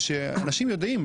אנשים יודעים,